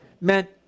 meant